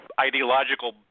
ideological